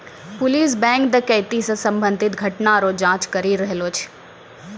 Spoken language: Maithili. पुलिस बैंक डकैती से संबंधित घटना रो जांच करी रहलो छै